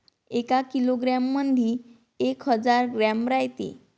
एका किलोग्रॅम मंधी एक हजार ग्रॅम रायते